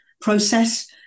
process